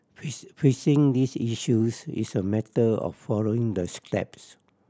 fix fixing these issues is a matter of following the steps